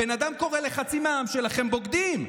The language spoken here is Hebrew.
הבן אדם קורא לחצי מהעם שלכם בוגדים.